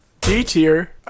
D-tier